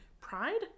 Pride